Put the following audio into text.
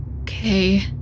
Okay